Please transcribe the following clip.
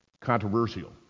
controversial